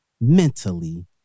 mentally